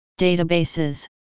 Databases